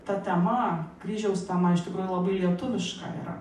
ta tema kryžiaus tema iš tikrųjų labai lietuviška yra